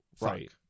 Right